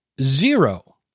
zero